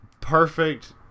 Perfect